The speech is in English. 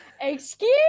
Excuse